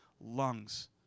lungs